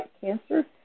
cancer